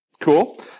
Cool